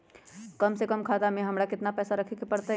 कम से कम खाता में हमरा कितना पैसा रखे के परतई?